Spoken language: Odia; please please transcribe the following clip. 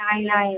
ନାହିଁ ନାହିଁ